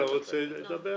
אתה רוצה לדבר?